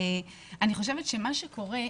אני חושבת שמה שקרה,